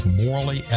morally